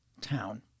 town